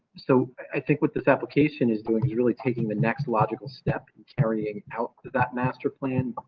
so, i think what this application is doing is really taking the next logical step and carrying out that master plan,